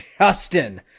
Justin